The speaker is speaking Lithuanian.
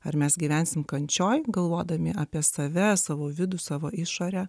ar mes gyvensime kančioje galvodami apie save savo vidų savo išorę